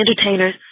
entertainers